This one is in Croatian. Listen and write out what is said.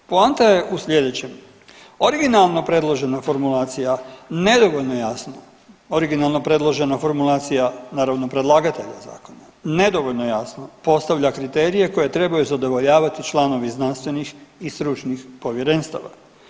Poanta je u sljedećem, originalno predložena formulacija nedovoljno je jasna, originalno predložena formulacija naravno predlagatelja zakona nedovoljno jasno postavlja kriterije koji trebaju zadovoljavati članovi znanstvenih i stručnih povjerenstava.